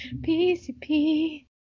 PCP